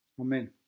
Amen